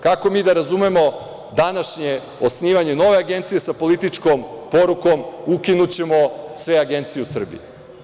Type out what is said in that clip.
Kako mi da razumemo današnje osnivanje nove agencije sa političkom porukom – ukinućemo sve agencije u Srbiji?